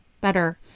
better